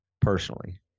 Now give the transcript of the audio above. personally